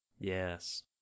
Yes